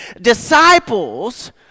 disciples